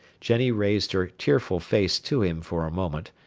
jenny raised her tearful face to him for a moment,